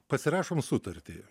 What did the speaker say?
pasirašom sutartį